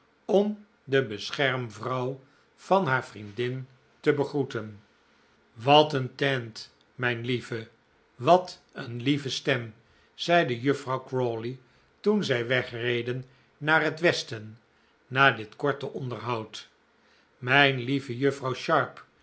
om de beschermvrouw van haar vriendin te begroeten wat een teint mijn lieve wat een lieve stem zeide juffrouw crawley toen zij wegreden naar het westen na dit korte onderhoud mijn lieve juffrouw sharp